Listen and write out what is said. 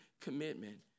commitment